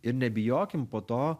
ir nebijokim po to